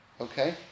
Okay